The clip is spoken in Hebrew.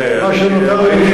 זו התשובה.